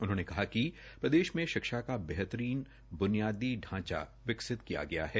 उन्होंने कहा कि प्रदेश में शिक्षा का बेहतरीन बुनियादी ढांचा विकसित किया गया है